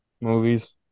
movies